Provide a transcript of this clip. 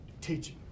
teaching